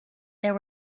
there